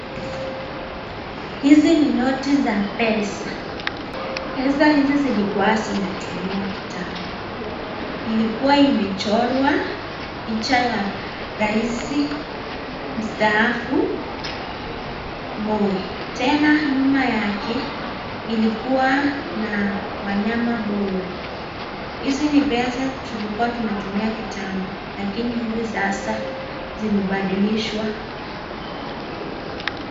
Hizi ni noti za pesa. Pesa hizi zilikuwa zinatumiwa kitambo. Ilikuwa imechorwa picha ya raisi mstaafu, Moi. Tena nyuma yake ilikuwa na wanyama pori. Hizi ni pesa tulikuwa tunatumia kitambo lakini hivi sasa zimebadilishwa.